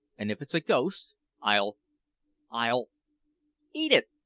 and if it's a ghost i'll i'll eat it!